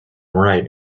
right